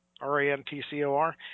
R-A-N-T-C-O-R